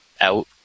out